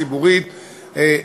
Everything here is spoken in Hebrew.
ציבורית,